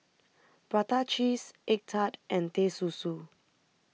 Prata Cheese Egg Tart and Teh Susu